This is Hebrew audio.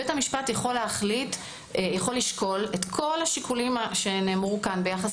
בית המשפט יכול לשקול את כל השיקולים שנאמרו כאן ביחס